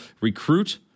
recruit